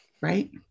right